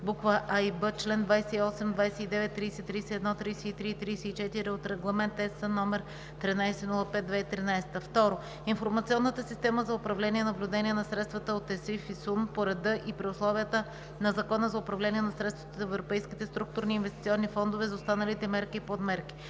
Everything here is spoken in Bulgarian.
букви „а“ и „б“, чл. 28, 29, 30, 31, 33 и 34 от Регламент (ЕС) № 1305/2013; 2. Информационната система за управление и наблюдение на средствата от ЕСИФ (ИСУН), по реда и при условията на Закона за управление на средствата от Европейските структурни и инвестиционни фондове – за останалите мерки и подмерки.